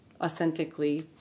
authentically